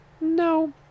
No